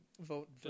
Vote